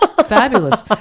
fabulous